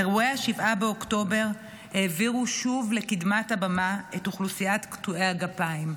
אירועי 7 באוקטובר העבירו שוב לקדמת הבמה את אוכלוסיית קטועי הגפיים.